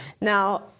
Now